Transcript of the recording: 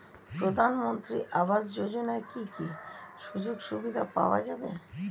প্রধানমন্ত্রী আবাস যোজনা কি কি সুযোগ সুবিধা পাওয়া যাবে?